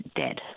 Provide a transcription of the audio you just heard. dead